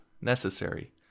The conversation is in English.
necessary